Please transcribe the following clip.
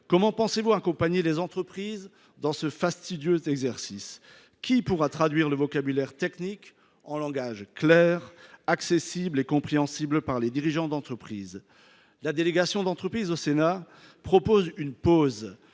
Comment pensez vous accompagner les entreprises dans ce fastidieux exercice, madame la ministre ? Qui pourra traduire le vocabulaire technique en langage clair, accessible et compréhensible par les dirigeants d’entreprise ? La délégation sénatoriale aux entreprises propose une pause